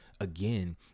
again